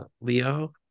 leo